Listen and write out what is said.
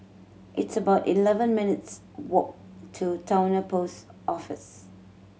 it's about eleven minutes' walk to Towner Post Office